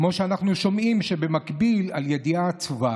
כמו שאנחנו שומעים במקביל על ידיעה עצובה